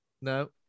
no